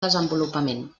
desenvolupament